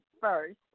first